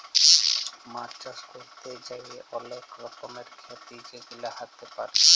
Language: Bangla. মাছ চাষ ক্যরতে যাঁয়ে অলেক রকমের খ্যতি যেগুলা হ্যতে পারে